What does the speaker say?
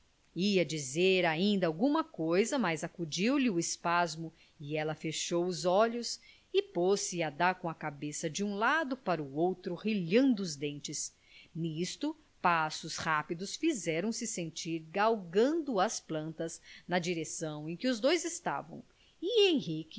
ia dizer ainda alguma coisa mas acudiu-lhe o espasmo e ela fechou os olhos e pôs-se a dar com a cabeça de um lado para o outro rilhando os dentes nisto passos rápidos fizeram-se sentir galgando as plantas na direção em que os dois estavam e